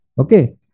Okay